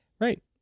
Right